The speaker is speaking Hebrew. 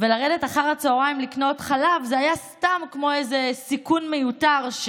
ולרדת אחר הצוהריים לקנות חלב זה היה סתם כמו איזה סיכון מיותר,